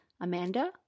Amanda